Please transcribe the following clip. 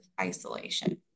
isolation